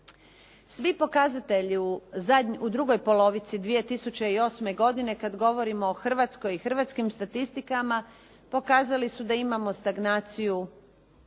Svi pokazatelji u drugoj polovici 2008. godine kad govorimo o Hrvatskoj i hrvatskim statistikama pokazali su da imamo stagnaciju